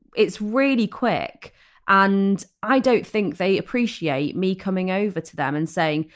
it's really quick and i don't think they appreciate me coming over to them and saying,